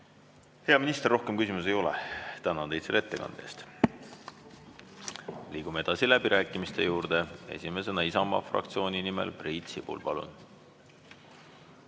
Hea minister, rohkem küsimusi ei ole. Tänan teid selle ettekande eest. Liigume edasi läbirääkimiste juurde. Esimesena Isamaa fraktsiooni nimel Priit Sibul. Palun!